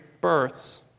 births